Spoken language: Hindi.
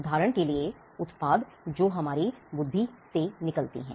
उदाहरण के लिए उत्पाद जो हमारी बुद्धि से निकलते हैं